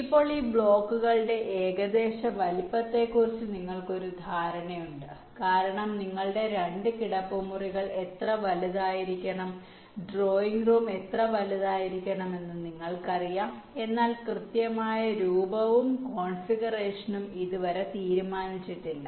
ഇപ്പോൾ ഈ ബ്ലോക്കുകളുടെ ഏകദേശ വലുപ്പത്തെക്കുറിച്ച് നിങ്ങൾക്ക് ഒരു ധാരണയുണ്ട് കാരണം നിങ്ങളുടെ 2 കിടപ്പുമുറികൾ എത്ര വലുതായിരിക്കണം ഡ്രോയിംഗ് റൂം എത്ര വലുതായിരിക്കണമെന്ന് നിങ്ങൾക്കറിയാം എന്നാൽ കൃത്യമായ രൂപവും കോൺഫിഗറേഷനും ഇതുവരെ തീരുമാനിച്ചിട്ടില്ല